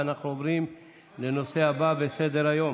אנחנו עוברים לנושא הבא בסדר-היום.